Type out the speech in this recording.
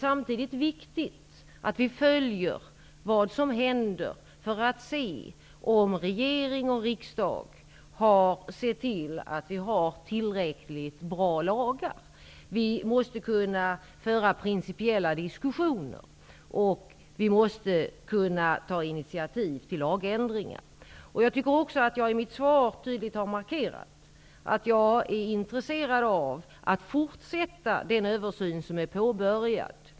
Samtidigt är det angeläget att vi följer vad som händer för att se om regering och riksdag har sett till att vi har tillräckligt bra lagar. Vi måste kunna föra principiella diskussioner, och vi måste kunna ta initiativ till lagändringar. Jag tycker också att jag i mitt svar tydligt har markerat att jag är intresserad av att fortsätta den översyn som är påbörjad.